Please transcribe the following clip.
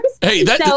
Hey